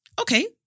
Okay